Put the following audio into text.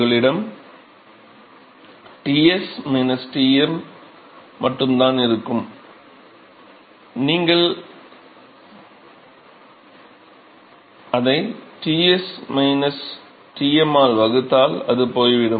உங்களிடம் Ts Tm மட்டும் தான் இருக்கும் நீங்கள் அதை Ts Tm ஆல் வகுத்தால் அது போய்விடும்